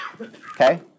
Okay